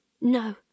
No